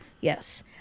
yes